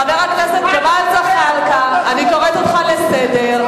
חבר הכנסת ג'מאל זחאלקה, אני קוראת אותך לסדר.